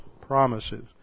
promises